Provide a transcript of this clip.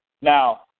Now